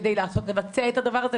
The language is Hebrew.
כדי לבצע את הדבר הזה,